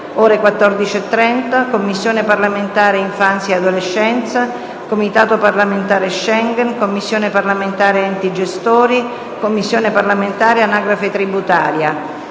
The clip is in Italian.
ore 14,30, Commissione parlamentare infanzia e adolescenza, Comitato parlamentare Schengen, Commissione parlamentare enti gestori e Commissione parlamentare anagrafe tributaria.